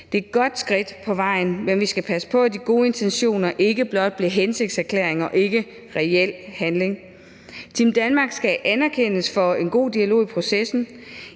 Det er et godt skridt på vejen, men vi skal passe på, at de gode intentioner ikke blot bliver hensigtserklæringer og ikke reel handling. Team Danmark skal anerkendes for en god dialog i processen.